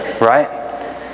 right